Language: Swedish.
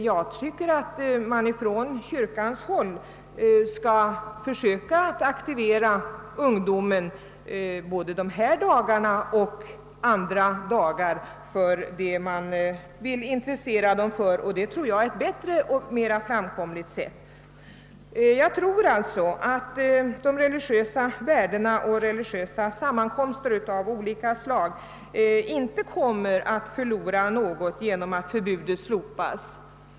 Jag tycker att man från kyrkligt håll skall försöka aktivera ungdomen både dessa dagar och andra dagar för det som man vill intressera den för. Det vore ett bättre och riktigare sätt att gå till väga. Jag tror alltså att religiösa värden och religiösa sammankomster av olika slag inte kommer att förlora något genom att förbudet slopas.